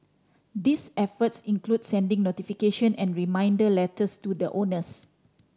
these efforts include sending notification and reminder letters to the owners